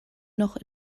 noch